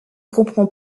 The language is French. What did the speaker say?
comprend